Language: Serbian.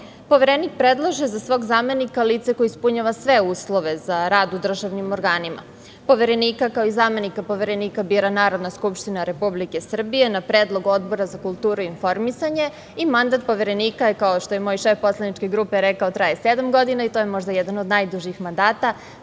predlaže za svog zamenika lice koje ispunjava sve uslove za rad u državnim organima. Poverenika, kao i zamenika Poverenika bira Narodna skupština Republike Srbije, na predlog Odbora za kulturu i informisanje. Mandat Poverenika, kao što je moj šef poslaničke grupe rekao, traje sedam godina i to je možda jedan od najdužih mandata,